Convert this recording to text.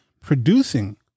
producing